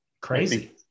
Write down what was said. Crazy